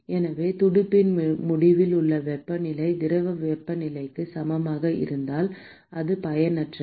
எனவே துடுப்பின் முடிவில் உள்ள வெப்பநிலை திரவ வெப்பநிலைக்கு சமமாக இருந்தால் அது பயனற்றது